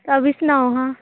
तां बी सनाओ हा